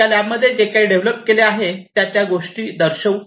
आम्ही या लॅब मध्ये जे काही डेव्हलप केले आहे त्या त्या गोष्टी दर्शवू